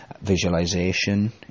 Visualization